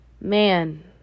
Man